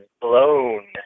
blown